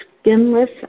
skinless